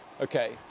okay